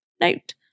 Note